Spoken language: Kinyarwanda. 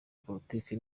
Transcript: politiki